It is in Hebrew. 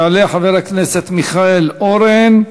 יעלה חבר הכנסת מיכאל אורן,